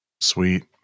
Sweet